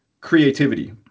creativity